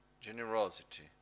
generosity